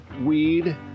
weed